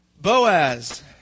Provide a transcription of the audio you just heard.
Boaz